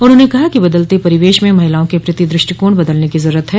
उन्हाने कहा कि बदलते परिवेश में महिलाओं के प्रति द्रष्टिकोण बदलने की जरूरत है